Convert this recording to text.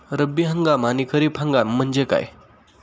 रब्बी हंगाम आणि खरीप हंगाम म्हणजे काय?